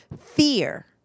fear